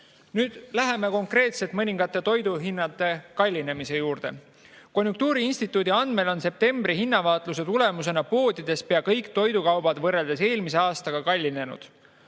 nüüd konkreetselt mõningate toiduainete hindade kallinemise juurde. Konjunktuuriinstituudi andmeil on septembri hinnavaatluse tulemusena poodides pea kõik toidukaubad võrreldes eelmise aastaga kallinenud.